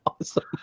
Awesome